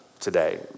today